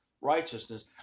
righteousness